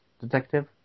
detective